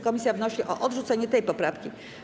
Komisja wnosi o odrzucenie tej poprawki.